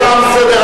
זה מספק אותי.